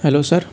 hello sir